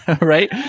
Right